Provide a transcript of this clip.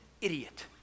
idiot